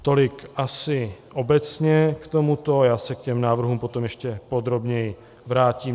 Tolik asi obecně k tomuto a já se k těm návrhům potom ještě podrobněji vrátím.